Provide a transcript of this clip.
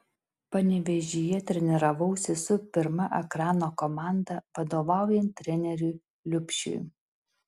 panevėžyje treniravausi su pirma ekrano komanda vadovaujant treneriui liubšiui